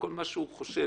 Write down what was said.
וכל מה שהוא חושב